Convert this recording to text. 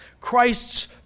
Christ's